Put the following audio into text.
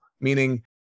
Meaning